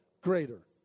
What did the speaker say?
greater